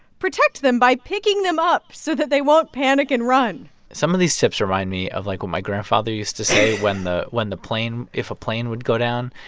protect them by picking them up so that they won't panic and run some of these tips remind me of, like, what my grandfather used to say when the when the plane if a plane would go down.